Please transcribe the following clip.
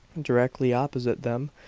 directly opposite them,